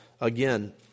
again